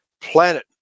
planet